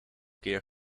keer